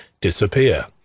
disappear